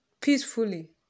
peacefully